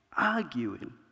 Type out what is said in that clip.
arguing